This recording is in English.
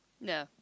No